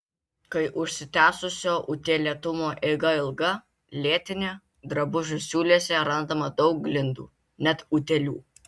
kai užsitęsusio utėlėtumo eiga ilga lėtinė drabužių siūlėse randama daug glindų net utėlių